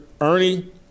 Ernie